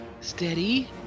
Steady